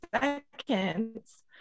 Seconds